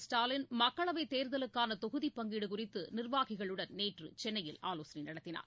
ஸ்டாலின் மக்களவைத் தேர்தலுக்கான தொகுதிப் பங்கீடு குறித்து நிர்வாகிகளுடன் நேற்று சென்னையில் ஆலோசனை நடத்தினார்